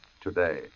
today